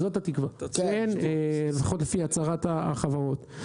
זו התקווה, לפחות לפי הצהרת החברות.